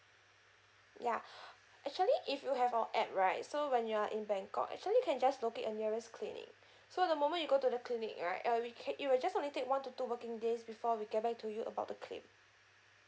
ya actually if you have our app right so when you are in bangkok actually can just locate a nearest clinic so the moment you go to the clinic right uh we can~ it will just only take one to two working days before we get back to you about the claim